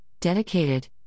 dedicated